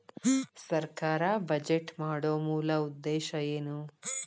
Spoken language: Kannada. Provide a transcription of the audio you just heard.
ಸರ್ಕಾರ್ ಬಜೆಟ್ ಮಾಡೊ ಮೂಲ ಉದ್ದೇಶ್ ಏನು?